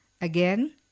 Again